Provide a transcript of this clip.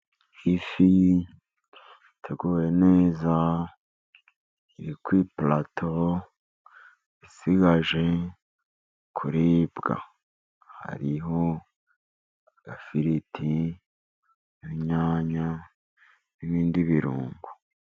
Ifi iteguwe neza, iri ku iparato, isigaje kuribwa. Hariho agafiriti, inyanya, n'ibindi birungo.